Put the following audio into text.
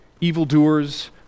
evildoers